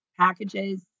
packages